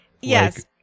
yes